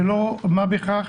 זה לא דבר של מה בכך,